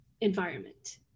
environment